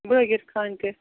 بٲگِر خٲنۍ تہِ